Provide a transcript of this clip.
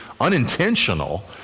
unintentional